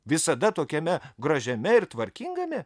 visada tokiame gražiame ir tvarkingame